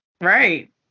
Right